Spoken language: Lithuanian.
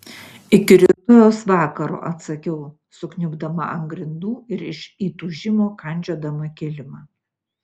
iki rytojaus vakaro atsakiau sukniubdama ant grindų ir iš įtūžimo kandžiodama kilimą